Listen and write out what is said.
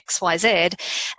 xyz